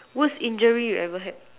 worst injury you ever had